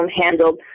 handled